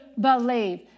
believe